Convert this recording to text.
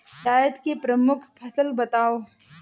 जायद की प्रमुख फसल बताओ